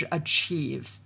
achieve